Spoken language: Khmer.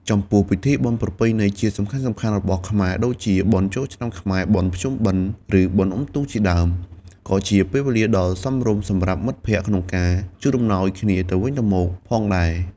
ចំពោះពិធីបុណ្យប្រពៃណីជាតិសំខាន់ៗរបស់ខ្មែរ ដូចជា បុណ្យចូលឆ្នាំខ្មែរ បុណ្យភ្ជុំបិណ្ឌ ឬបុណ្យអុំទូក ជាដើម ក៏ជាពេលវេលាដ៏សមរម្យសម្រាប់មិត្តភក្តិក្នុងការជូនអំណោយគ្នាទៅវិញទៅមកផងដែរ។